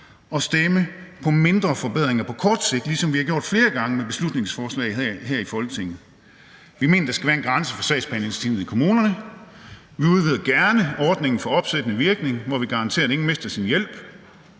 at stemme for mindre forbedringer på kort sigt, ligesom vi har gjort flere gange med beslutningsforslag her i Folketinget. Vi mener, der skal være en grænse for sagsbehandlingstiden i kommunerne. Vi udvider gerne ordningen for opsættende virkning, hvor vi garanterer, at ingen mister deres hjælp.